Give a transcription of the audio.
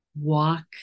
walk